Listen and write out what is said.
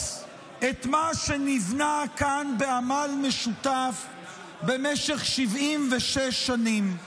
את מה שנבנה כאן בעמל משותף במשך 76 שנים.